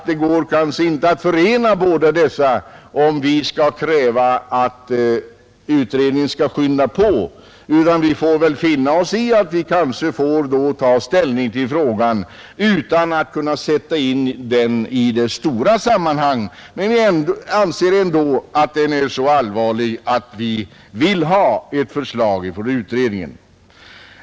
Det går kanske inte att förena dessa båda krav; vi får nog finna oss i att vi måste ta ställning till frågan utan att kunna sätta in den i dess stora sammanhang. Men utskottet anser att saken är så allvarlig att vi vill ha ett förslag från utredningen.